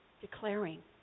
declaring